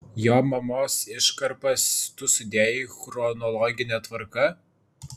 jo mamos iškarpas tu sudėjai chronologine tvarka